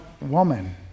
woman